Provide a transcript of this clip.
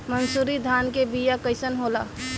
मनसुरी धान के बिया कईसन होला?